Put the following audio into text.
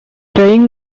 trying